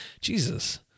Jesus